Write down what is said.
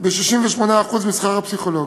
ב-68% משכר הפסיכולוגים.